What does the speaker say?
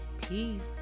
Peace